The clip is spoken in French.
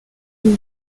une